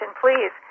Please